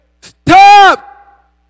Stop